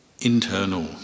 internal